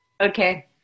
Okay